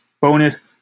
bonus